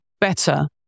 better